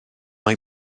mae